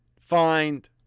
find